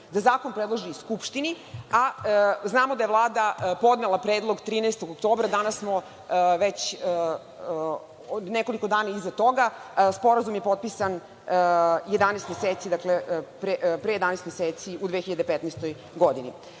da zakon predloži Skupštini, a znamo da je Vlada podnela predlog 13. oktobra, danas smo već nekoliko dana iza toga, sporazum je potpisan pre 11 meseci, u 2015. godini. Imam